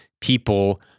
people